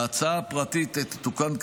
ההצעה הפרטית תתוקן כך,